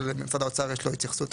אבל יש למשרד האוצר התייחסות.